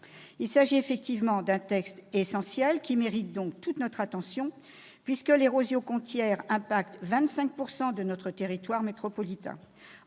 Il s'agit d'un texte essentiel, qui mérite toute notre attention, puisque l'érosion côtière affecte 25 % de notre territoire métropolitain.